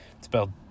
spelled